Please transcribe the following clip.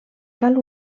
cal